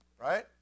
right